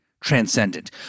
transcendent